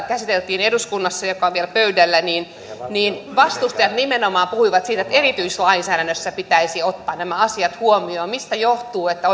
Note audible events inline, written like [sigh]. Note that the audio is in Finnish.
[unintelligible] käsiteltiin ilo sopimus joka on vielä pöydällä vastustajat nimenomaan puhuivat siitä että erityislainsäädännössä pitäisi ottaa nämä asiat huomioon mistä johtuu että [unintelligible]